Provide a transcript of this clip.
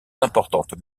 importantes